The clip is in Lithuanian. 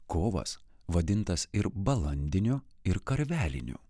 kovas vadintas ir balandiniu ir karveliniu